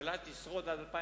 שהממשלה תשרוד עד 2011